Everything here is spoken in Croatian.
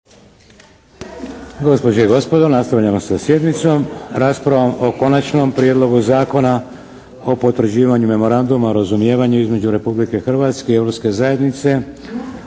Gospođe i gospodo, nastavljamo sa sjednicom raspravom - Konačni prijedlog zakona o potvrđivanju memoranduma o razumijevanju između Republike Hrvatske i Europske zajednice